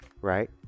right